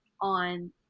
on